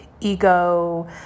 ego